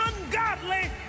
ungodly